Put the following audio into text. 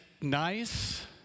nice